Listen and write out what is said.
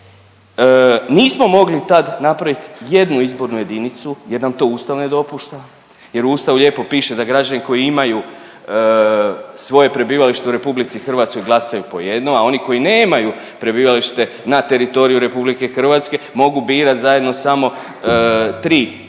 Nismo mogli tad napravit jednu izbornu jedinicu jer nam to Ustav ne dopušta jer u Ustavu lijepo piše da građani koji imaju svoje prebivalište u RH glasaju po jedno, a oni koji nemaju prebivalište na teritoriju RH mogu birat zajedno samo tri predstavnika